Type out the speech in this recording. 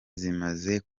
zimaze